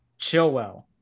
Chillwell